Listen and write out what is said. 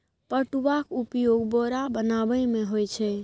पटुआक उपयोग बोरा बनेबामे होए छै